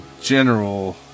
general